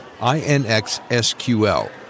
I-N-X-S-Q-L